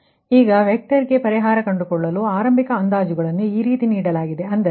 xn ಈಗ ವೆಕ್ಟರ್ಗೆ ಪರಿಹಾರ ಕಂಡುಕೊಳ್ಳಲು ಆರಂಭಿಕ ಅದಾಜುಗಳನ್ನು ಈ ರೀತಿ ನೀಡಲಾಗಿದೆ ಅಂದರೆ x10 x20